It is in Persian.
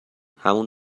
همون